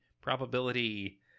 probability